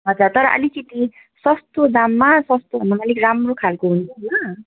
हजुर तर आलिकिति सस्तो दाममा सस्तो भन्दा पनि अलिक राम्रो खालको हुन्छ नि होइन